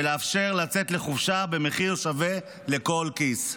ולאפשר לצאת לחופשה במחיר שווה לכל כיס.